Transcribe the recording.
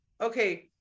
okay